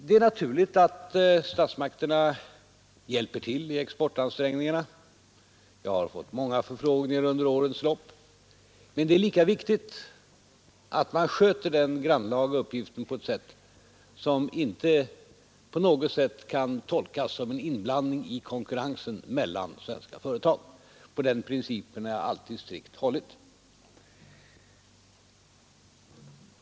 Det är naturligt att statsmakterna hjälper till i exportansträngningarna — jag har fått många förfrågningar under årens lopp — men det är lika viktigt att man sköter den grannlaga uppgiften på ett sätt som inte på något vis kan tolkas som en inblandning i konkurrensen mellan svenska företag, och den principen har jag alltid strikt hållit.